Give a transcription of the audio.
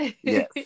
Yes